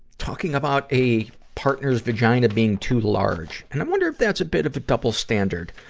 talking about a partner's vagina being too large. and i wonder if that's a bit of a double-standard.